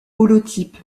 holotype